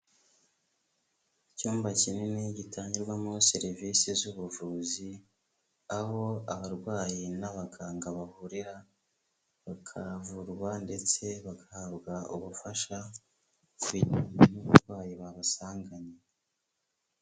Icyumba kinini gitangirwamo serivisi z'ubuvuzi aho abarwayi n'abaganga bahurira bakavurwa ndetse bagahabwa ubufasha ku burwayi babasanganye.